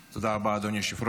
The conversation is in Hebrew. תודה רבה, אדוני היושב-ראש.